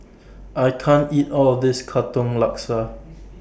I can't eat All of This Katong Laksa